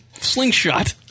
slingshot